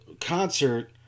concert